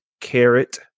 carrot